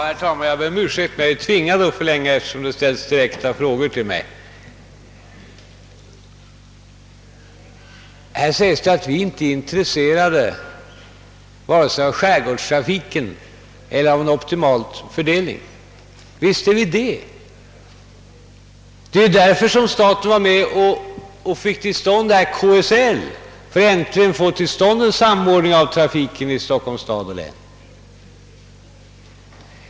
Herr talman! Jag ber om ursäkt, men jag är tvingad att på nytt gå upp i talarstolen eftersom det ställts frågor till mig. Här sägs att staten inte är intresserad av vare sig skärgårdstrafiken eller en optimal fördelning. Visst är vi det. Det är därför som staten varit med och fått till stånd KSL för att äntligen kunna åstadkomma en samordning av trafiken i stad och län.